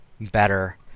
better